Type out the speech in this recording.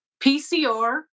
PCR